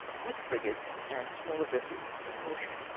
with frigates and smaller vessels in proportion.